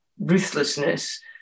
ruthlessness